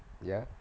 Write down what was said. ya